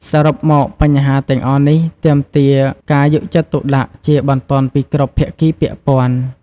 សរុបមក បញ្ហាទាំងអស់នេះទាមទារការយកចិត្តទុកដាក់ជាបន្ទាន់ពីគ្រប់ភាគីពាក់ព័ន្ធ។